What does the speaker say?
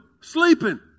sleeping